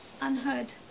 Unheard